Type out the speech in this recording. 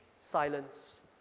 silence